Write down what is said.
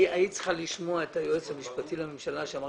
היית צריכה לשמוע את היועץ המשפטי ששמח